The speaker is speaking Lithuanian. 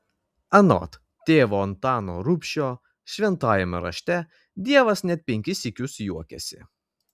anot tėvo antano rubšio šventajame rašte dievas net penkis sykius juokiasi